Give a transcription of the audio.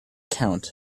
count